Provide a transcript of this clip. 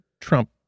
Trump